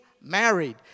married